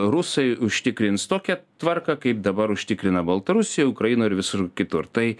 rusai užtikrins tokią tvarką kaip dabar užtikrina baltarusijoj ukrainoj ir visur kitur tai